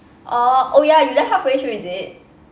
oh oh ya you left halfway through is it